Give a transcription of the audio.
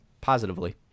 Positively